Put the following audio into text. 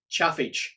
Chaffage